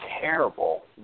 terrible